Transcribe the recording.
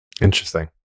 Interesting